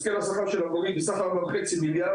הסכם השכר של המורים על סך 4 וחצי מיליארד,